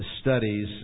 studies